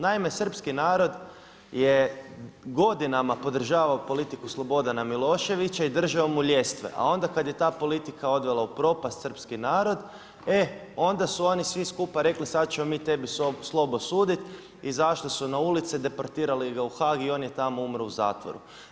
Naime, srpski narod je godinama podržavao politiku Slobodana Miloševića i držao mu ljestve, a onda kada je ta politika odvela u propast srpski narod, e onda su oni svi skupa rekli sada ćemo mi tebi Slobo suditi, izašli su na ulice, deportirali ga u Haag i on je tamo umro u zatvoru.